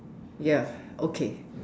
ya okay